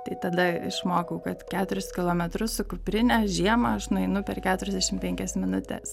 tai tada išmokau kad keturis kilometrus su kuprine žiemą aš nueinu per keturiasdešimt penkias minutes